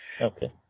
Okay